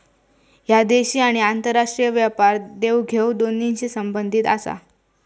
ह्या देशी आणि आंतरराष्ट्रीय व्यापार देवघेव दोन्हींशी संबंधित आसा